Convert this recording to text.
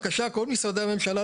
כל משרדי הממשלה,